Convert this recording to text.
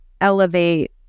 elevate